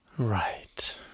Right